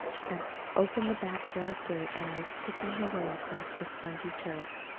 had opened the back-yard gate and was picking her way across the spongy turf.